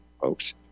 folks